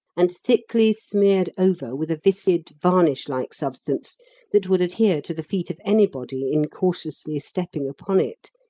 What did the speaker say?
and thickly smeared over with a viscid varnish-like substance that would adhere to the feet of anybody incautiously stepping upon it,